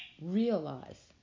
realize